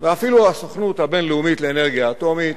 ואפילו הסוכנות הבין-לאומית לאנרגיה אטומית,